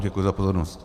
Děkuji za pozornost.